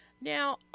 now